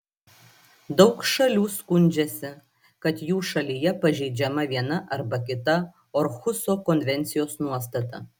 daug šalių skundžiasi kad jų šalyje pažeidžiama viena arba kita orhuso konvencijos nuostata